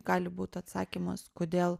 gali būt atsakymas kodėl